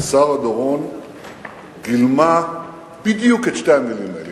ושרה דורון גילמה בדיוק את שתי המלים האלה.